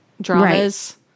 dramas